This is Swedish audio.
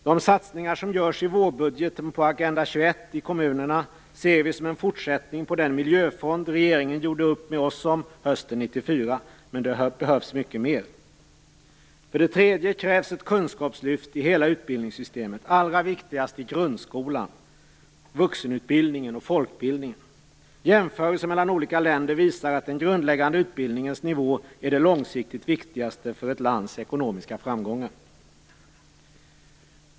De satsningar som görs i vårbudgeten på Agenda 21 i kommunerna ser vi som en fortsättning på den miljöfond som regeringen gjorde upp med oss om hösten 1994. Men det behövs mycket mer. För det tredje krävs ett kunskapslyft i hela utbildningssystemet. Allra viktigast är grundskolan, vuxenutbildningen och folkbildningen. Jämförelser mellan olika länder visar att den grundläggande utbildningens nivå är det långsiktigt viktigaste för ett lands ekonomiska framgångar.